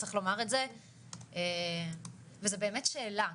צריך לומר את זה וזה באמת שאלה,